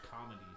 comedy